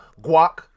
guac